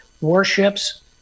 warships